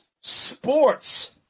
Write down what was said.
Sports